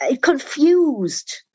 confused